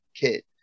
kit